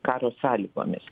karo sąlygomis